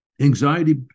anxiety